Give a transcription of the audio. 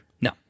No